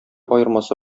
аермасы